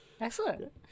Excellent